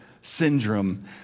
syndrome